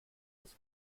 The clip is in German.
des